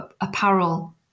apparel